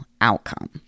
outcome